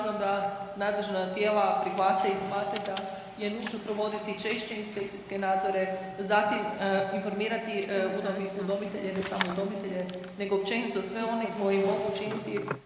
važno da nadležna tijela prihvate i shvate da je nužno provodi češće inspekcijske nadzore, zatim informirati udomitelje, ne samo udomitelje nego općenito sve one koji mogu učiniti